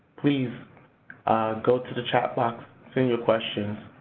please go to the chat box, send your questions,